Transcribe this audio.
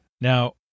Now